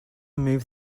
move